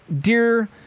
dear